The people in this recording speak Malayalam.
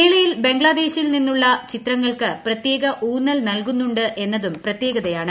മേളയിൽ ബംഗ്ലാദേശിൽ നിന്നുള്ള ചിത്രങ്ങൾക്ക് പ്രത്യേക ഊന്നൽ നൽകുന്നുണ്ട് എന്നതും പ്രത്യേകതയാണ്